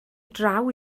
draw